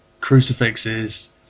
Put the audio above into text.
crucifixes